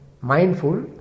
mindful